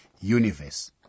Universe